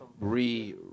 re